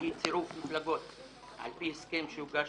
שהיא צירוף מפלגות על פי הסכם שהוגש